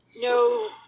no